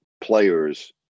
players